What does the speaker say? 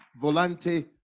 Volante